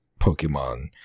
Pokemon